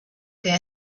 que